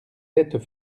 êtes